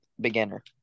beginner